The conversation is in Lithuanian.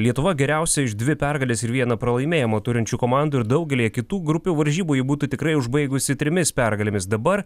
lietuva geriausia iš dvi pergales ir vieną pralaimėjimą turinčių komandų ir daugelyje kitų grupių varžybų ji būtų tikrai užbaigusi trimis pergalėmis dabar